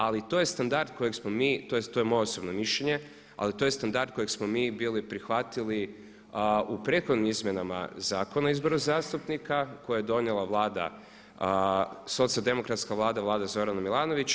Ali to je standard kojeg smo mi, tj. to je moje osobno mišljenje, ali to je standard kojeg smo mi bili prihvatili u prethodnim izmjenama Zakona o izboru zastupnika koje je donijela socijaldemokratska Vlada, Vlada Zorana Milanovića.